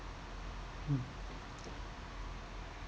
mm